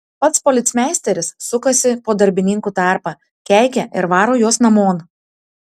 pats policmeisteris sukasi po darbininkų tarpą keikia ir varo juos namon